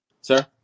Sir